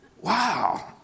wow